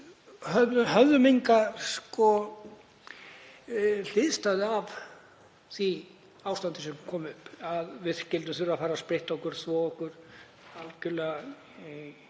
Við höfðum enga hliðstæðu á því ástandi sem kom upp, að við skyldum þurfa að fara að spritta okkur og þvo okkur algjörlega